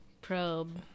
probe